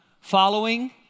following